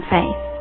Faith